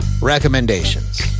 recommendations